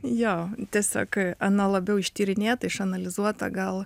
jo tiesiog ana labiau ištyrinėta išanalizuota gal